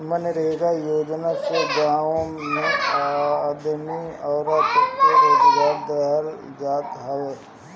मनरेगा योजना से गांव के आदमी औरत के रोजगार देहल जात हवे